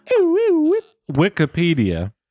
Wikipedia